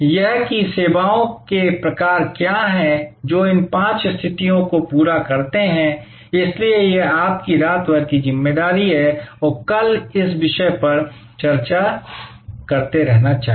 यह कि सेवाओं के प्रकार क्या हैं जो इन पांच स्थितियों को पूरा करते हैं इसलिए यह आपकी रात भर की ज़िम्मेदारी है और कल इस विषय पर चर्चा करते रहना चाहिए